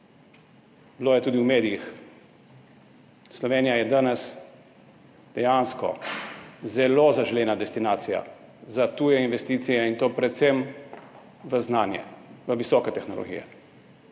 Bilo je tudi v medijih. Slovenija je danes dejansko zelo zaželena destinacija za tuje investicije, in to predvsem v znanje, v visoke tehnologije.